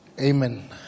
Amen